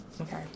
okay